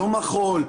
לא מחול,